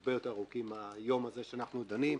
הרבה יותר ארוכים מהיום הזה שאנחנו דנים,